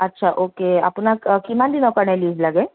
আচ্ছা অ'কে আপোনাক কিমান দিনৰ কাৰণে লীভ লাগে